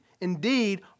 Indeed